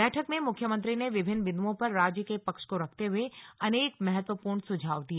बैठक में मुख्यमंत्री ने विभिन्न बिंदुओं पर राज्य के पक्ष को रखते हुए अनेक महत्वपूर्ण सुझाव दिए